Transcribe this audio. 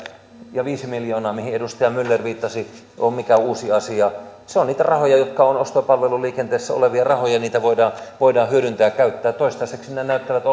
ja viisi miljoonaa mihin edustaja myller viittasi ei ole mikään uusi asia se on niitä ostopalveluliikenteessä olevia rahoja niitä voidaan voidaan hyödyntää ja käyttää toistaiseksi ne ne näyttävät